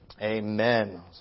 Amen